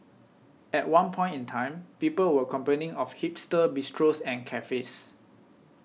at one point in time people were complaining of hipster bistros and cafes